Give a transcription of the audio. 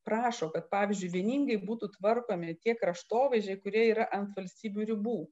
prašo kad pavyzdžiui vieningai būtų tvarkomi tie kraštovaizdžiai kurie yra ant valstybių ribų